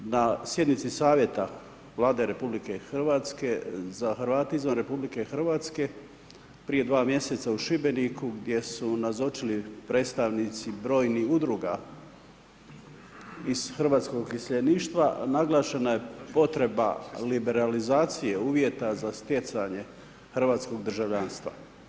Na sjednici savjeta Vlade RH za Hrvate izvan RH prije dva mjeseca u Šibeniku gdje su nazočili predstavnici brojnih udruga iz hrvatskog iseljeništva naglašena je potreba liberalizacije uvjeta za sjecanje hrvatskog državljanstva.